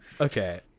okay